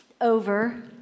over